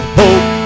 hope